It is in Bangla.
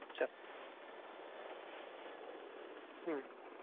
আচ্ছা হুম